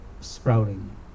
sprouting